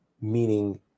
meaning